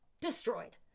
destroyed